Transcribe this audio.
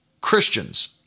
Christians